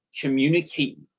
communicate